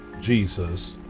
Jesus